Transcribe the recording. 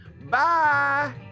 Bye